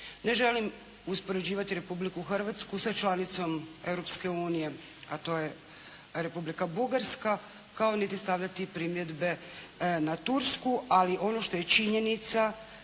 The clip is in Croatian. Ne želim uspoređivati Republiku Hrvatsku sa članicom Europske unije, a to je Republika Bugarska, kao niti stavljati primjedbe na Tursku, ali ono što je činjenica,